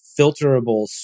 filterable